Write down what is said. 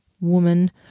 woman